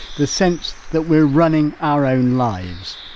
the sense that we're running our own lives,